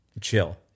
chill